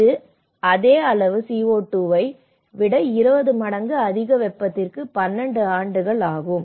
இது அதே அளவு CO2 ஐ விட 20 மடங்கு அதிக வெப்பத்திற்கு 12 ஆண்டுகள் ஆகும்